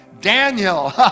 Daniel